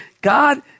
God